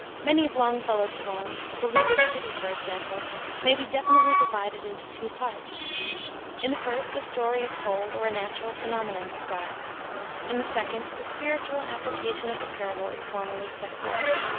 many of longfellow's poems the beleaguered city, for example may be definitely divided into two parts in the first, a story is told or a natural phenomenon described in the second, the spiritual application of the parable is formally set forth.